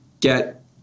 get